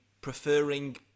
preferring